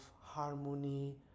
harmony